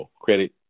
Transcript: credit